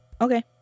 Okay